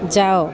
ଯାଅ